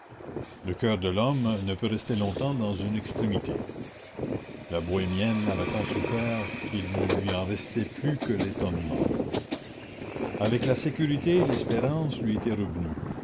le coeur de l'homme ne peut rester longtemps dans une extrémité la bohémienne avait tant souffert qu'il ne lui en restait plus que l'étonnement avec la sécurité l'espérance lui était revenue